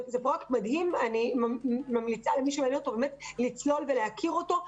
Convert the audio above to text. זה פרויקט מדהים, אני ממליצה לצלול ולהכיר אותו.